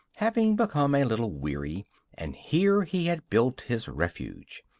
having become a little weary and here he had built his refuge.